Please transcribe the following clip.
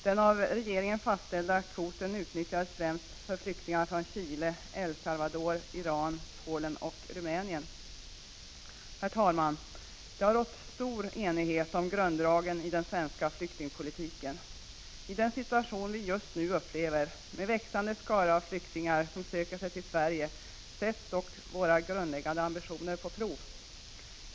Den av regeringen fastställda kvoten utnyttjades främst för flyktingar från Chile, El Salvador, Iran, Polen och Rumänien. Herr talman! Det har rått stor enighet om grunddragen i den svenska flyktingpolitiken. I den situation vi just nu upplever, med en växande skara av flyktingar som söker sig till Sverige, sätts dock våra grundläggande ambitioner på prov.